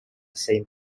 same